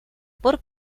por